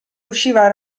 usciva